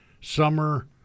Summer